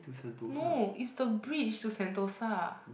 no is the bridge to Sentosa